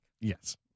Yes